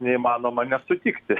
neįmanoma nesutikti